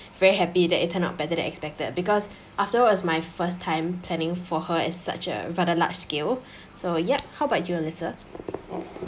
very happy that it turn out better than expected because after all it was my first time planning for her as such a rather large scale so yup how about you elissa